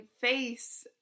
face